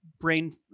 brain